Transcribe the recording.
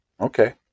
okay